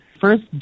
First